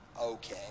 Okay